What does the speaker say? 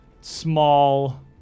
small